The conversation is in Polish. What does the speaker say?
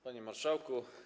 Panie Marszałku!